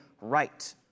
right